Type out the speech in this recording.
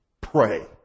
Pray